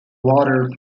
water